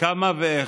כמה ואיך.